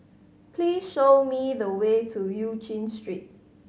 please show me the way to Eu Chin Street